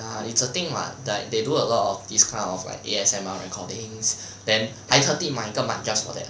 ya it's a thing what like they do a lot of this kind of like A_S_M_R recordings then 还特地每一个 mic just for that